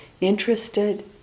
interested